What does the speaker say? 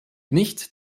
nicht